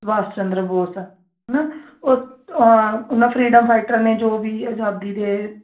ਸੁਭਾਸ਼ ਚੰਦਰ ਬੋਸ ਹੈ ਨਾ ਉਹ ਉਹਨਾਂ ਫਰੀਡਮ ਫਾਈਟਰ ਨੇ ਜੋ ਵੀ ਆਜ਼ਾਦੀ ਦੇ